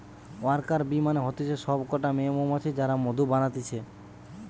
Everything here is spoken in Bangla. ওয়ার্কার বী মানে হতিছে সব কটা মেয়ে মৌমাছি যারা মধু বানাতিছে